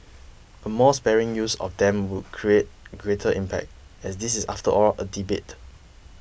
a more sparing use of them would create greater impact as this is after all a debate